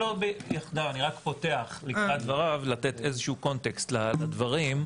רק פותח בתחילת דבריו, לתת קונטקסט לדברים.